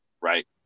right